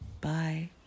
Bye